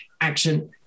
action